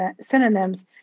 synonyms